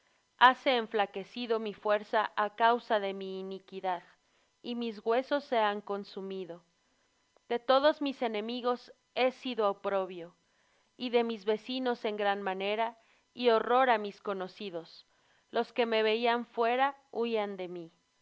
hase enflaquecido mi fuerza á causa de mi iniquidad y mis huesos se han consumido de todos mis enemigos he sido oprobio y de mis vecinos en gran manera y horror á mis conocidos los que me veían fuera huían de mí